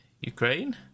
Ukraine